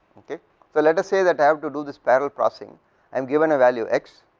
so let us say that have to do this parallel processing and given a value x,